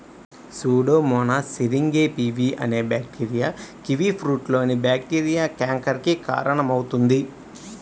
Pseudomonas syringae pv అనే bacteria కివీఫ్రూట్లోని bacteria canker కి కారణమవుతుంది